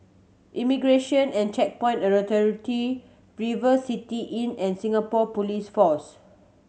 Immigration and Checkpoint Authority River City Inn and Singapore Police Force